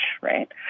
right